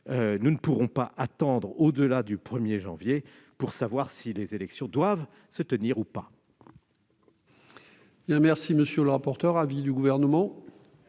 nous ne pourrons pas attendre au-delà du 31 décembre prochain pour savoir si les élections doivent se tenir ou pas.